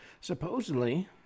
Supposedly